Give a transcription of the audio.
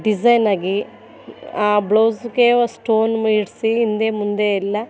ಡಿಸೈನಾಗಿ ಆ ಬ್ಲೌಸ್ಗೆ ಸ್ಟೋನ್ ಇಡಿಸಿ ಹಿಂದೆ ಮುಂದೆ ಎಲ್ಲ